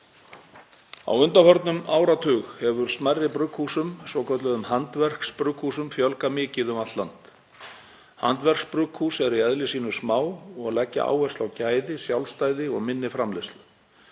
Á undanförnum áratug hefur smærri brugghúsum, svokölluðum handverksbrugghúsum, fjölgað mikið um allt land. Handverksbrugghús eru í eðli sínu smá og leggja áherslu á gæði, sjálfstæði og minni framleiðslu.